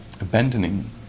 abandoning